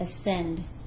ascend